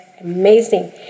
amazing